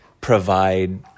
provide